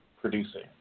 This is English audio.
producing